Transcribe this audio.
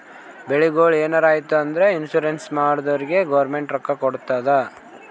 ಬೆಳಿಗೊಳಿಗ್ ಎನಾರೇ ಆಯ್ತು ಅಂದುರ್ ಇನ್ಸೂರೆನ್ಸ್ ಮಾಡ್ದೊರಿಗ್ ಗೌರ್ಮೆಂಟ್ ರೊಕ್ಕಾ ಕೊಡ್ತುದ್